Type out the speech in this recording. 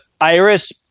Iris